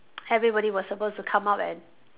everybody was supposed to come up and